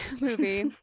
movie